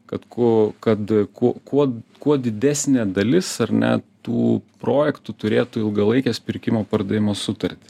kad ko kad kuo kuod kuo didesnė dalis ar ne tų projektų turėtų ilgalaikes pirkimo pardavimo sutartis